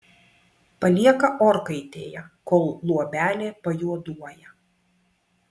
palieka orkaitėje kol luobelė pajuoduoja